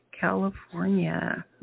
California